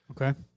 okay